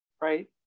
right